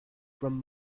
from